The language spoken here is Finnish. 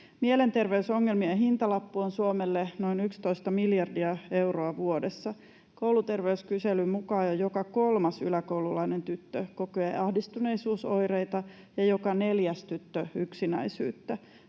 Mielenterveysongelmien hintalappu on Suomelle noin 11 miljardia euroa vuodessa. Kouluterveyskyselyn mukaan jo joka kolmas yläkoululainen tyttö kokee ahdistuneisuusoireita ja joka neljäs tyttö yksinäisyyttä.